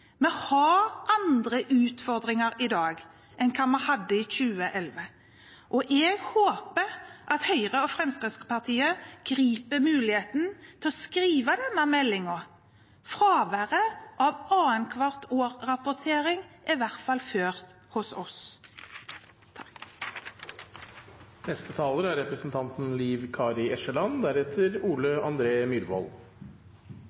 Vi har andre utfordringer i dag enn hva vi hadde i 2011. Jeg håper at Høyre og Fremskrittspartiet griper muligheten til å skrive denne meldingen. Fraværet av annet-hvert-år-rapportering er i hvert fall ført hos oss.